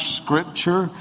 scripture